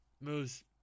moves